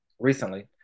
recently